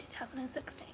2016